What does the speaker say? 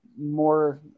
more